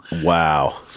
Wow